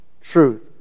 truth